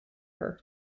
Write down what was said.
her